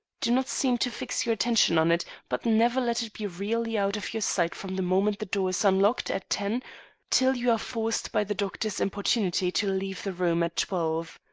do not seem to fix your attention on it, but never let it be really out of your sight from the moment the door is unlocked at ten till you are forced by the doctor's importunity to leave the room at twelve.